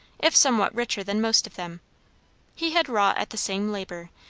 if somewhat richer than most of them he had wrought at the same labour,